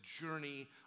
journey